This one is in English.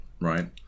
Right